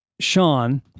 Sean